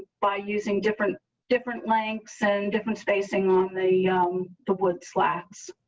by using different different lengths and different spacing on the the wood slats